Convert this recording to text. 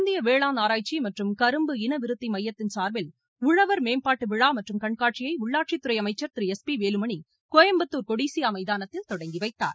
இந்திய வேளாண் ஆராய்ச்சி மற்றும் கரும்பு இனவிருத்தி மையத்தின் சார்பில் உழவர் மேம்பாட்டு விழா மற்றும் கண்காட்சியை உள்ளாட்சித்துறை அமைச்சர் திரு எஸ் பி வேலுமணி கோயம்புத்தூர் கொடிசியா மைதானத்தில் தொடங்கிவைத்தார்